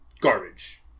garbage